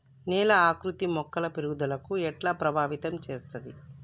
నేల ఆకృతి మొక్కల పెరుగుదలను ఎట్లా ప్రభావితం చేస్తది?